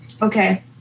Okay